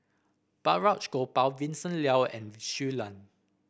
Balraj Gopal Vincent Leow and Shui Lan